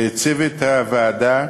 לצוות הוועדה,